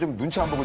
and good job.